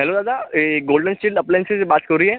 hello दादा हे golden chain appliances से बात हो रही है